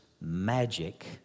magic